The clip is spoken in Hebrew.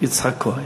יצחק כהן,